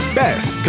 best